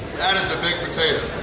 that is a big potato!